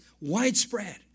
widespread